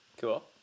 Cool